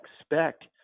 expect